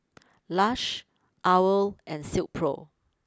Lush Owl nd Silkpro